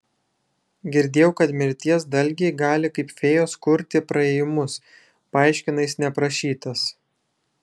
girdėjau kad mirties dalgiai gali kaip fėjos kurti praėjimus paaiškina jis neprašytas